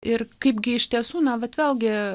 ir kaipgi iš tiesų na vat vėlgi